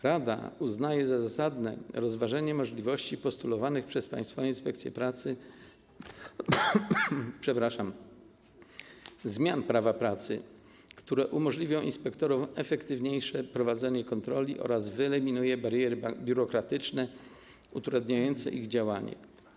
Rada uznaje za zasadne rozważenie możliwości postulowanych przez Państwową Inspekcję Pracy zmian Prawa pracy, które umożliwią inspektorom efektywniejsze prowadzenie kontroli oraz wyeliminują bariery biurokratyczne utrudniające ich działanie.